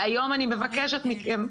היום אני מבקשת מכם,